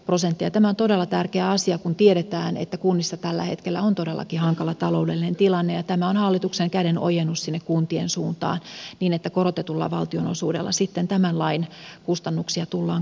tämä on todella tärkeä asia kun tiedetään että kunnissa tällä hetkellä on todellakin hankala taloudellinen tilanne ja tämä on hallituksen kädenojennus sinne kuntien suuntaan niin että korotetulla valtionosuudella sitten tämän lain kustannuksia tullaan korvaamaan